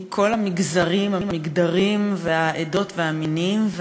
מכל המגזרים, המגדרים, העדות והמינים.